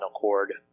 cord